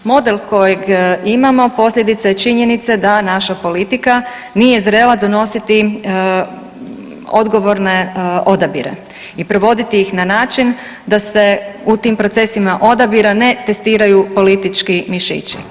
Model kojeg imamo posljedica je činjenice da naša politika nije zrela donositi odgovorne odabire i provoditi ih na način da se u tim procesima odabira ne testiraju politički mišići.